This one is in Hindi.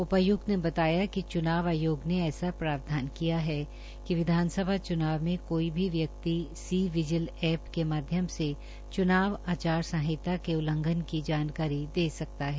उपायुक्त ने बातया कि चुनाव आयोग ने ऐसा प्रावधान किया है कि विधानसभा चुनाव में कोई भी व्यक्ति सी विजिल ऐप के माध्यम से चुनाव आचार संहिता के उल्लंघन की जानकारी दे सकता है